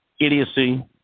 idiocy